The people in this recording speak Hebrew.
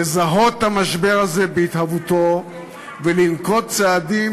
לזהות את המשבר הזה בהתהוותו ולנקוט צעדים